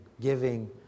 giving